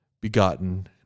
begotten